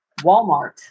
Walmart